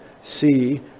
see